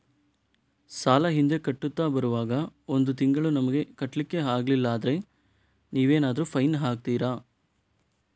ಸಾಲ ಹಿಂದೆ ಕಟ್ಟುತ್ತಾ ಬರುವಾಗ ಒಂದು ತಿಂಗಳು ನಮಗೆ ಕಟ್ಲಿಕ್ಕೆ ಅಗ್ಲಿಲ್ಲಾದ್ರೆ ನೀವೇನಾದರೂ ಫೈನ್ ಹಾಕ್ತೀರಾ?